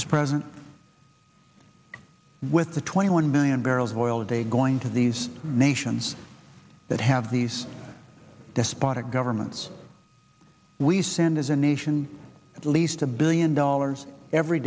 is present with the twenty one million barrels of oil a day going to these nations that have these despotic governments we send as a nation at least a billion dollars every